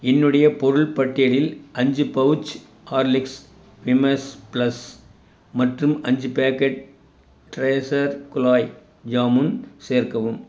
என்னுடைய பொருள் பட்டியலில் அஞ்சி பவுச் ஹார்லிக்ஸ் விமஸ் ப்ளஸ் மற்றும் அஞ்சு பேக்கெட் ட்ரைசர் குலாய் ஜாமுன் சேர்க்கவும்